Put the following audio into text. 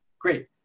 Great